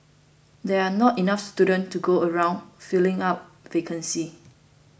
there are not enough students to go around filling up vacancies